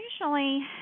Usually